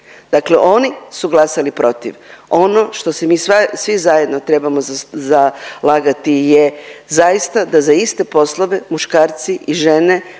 dakle oni su glasali protiv. Ono što se mi svi zajedno trebamo zalagati je zaista da za iste poslove muškarci i žene